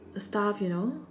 stuff you know